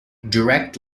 direct